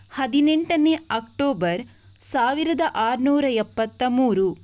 ಹದಿನೆಂಟನೇ ಅಕ್ಟೋಬರ್ ಸಾವಿರದ ಆರ್ನೂರ ಎಪ್ಪತ್ತ ಮೂರು